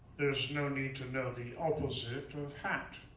there's no need to know the opposite of hat.